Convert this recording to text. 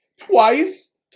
Twice